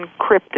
encrypted